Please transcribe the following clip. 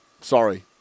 Sorry